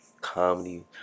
comedy